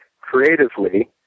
creatively